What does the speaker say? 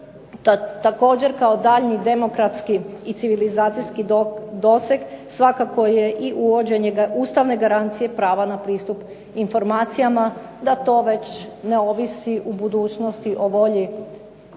također kao daljnji demokratski i civilizacijski doseg svakako je i uvođenje ustavne garancije prava na pristup informacijama da to već ne ovisi u budućnosti o volji političke